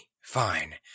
Fine